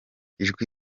ijwi